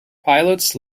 pilots